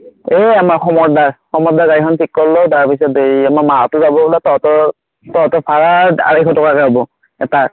এই আমাৰ সমৰ দাৰ সমৰ দাৰ গাড়ীখন ঠিক কৰিলোঁ তাৰপিছত এই আমাৰ মাঁহতো যাব বোলে তহঁতৰ তহঁতৰ ভাৰা আঢ়ৈশ টকাকূই হ'ব এটাৰ